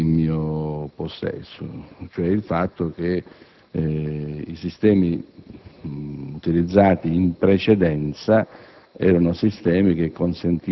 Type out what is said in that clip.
documenti in mio possesso, infatti, risulta che i sistemi utilizzati in precedenza,